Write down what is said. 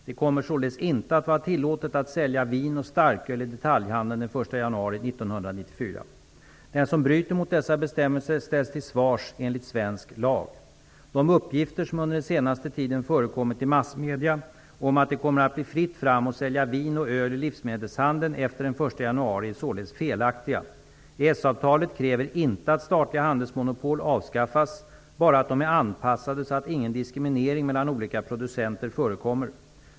Det kommer således inte att vara tillåtet att sälja vin och starköl i detaljhandeln den 1 januari Den som bryter mot dessa bestämmelser ställs till svars enligt svensk lag. De uppgifter som under den senaste tiden har förekommit i massmedia om att det kommer att bli fritt fram att sälja vin och öl i livsmedelshandeln efter den 1 januari är således felaktiga. EES-avtalet kräver inte att statliga handelsmonopol avskaffas, bara att de är anpassade så att ingen diskriminering mellan olika producenter förekommer.